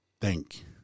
thank